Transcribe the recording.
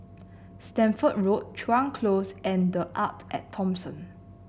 Stamford Road Chuan Close and The Arte At Thomson